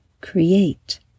create